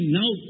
now